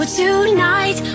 tonight